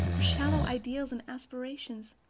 her shallow ideals and aspirations,